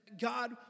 God